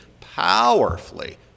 powerfully